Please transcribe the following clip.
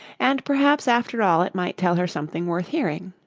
and perhaps after all it might tell her something worth hearing.